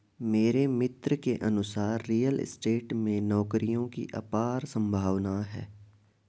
मेरे मित्र के अनुसार रियल स्टेट में नौकरियों की अपार संभावना है